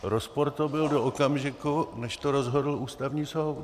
Rozpor to byl do okamžiku, než to rozhodl Ústavní soud.